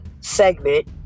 segment